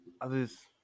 others